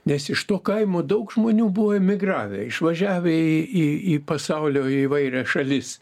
nes iš to kaimo daug žmonių buvo emigravę išvažiavę į į į pasaulio įvairias šalis